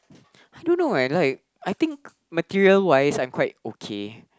I don't know I like I think material wise I'm quite okay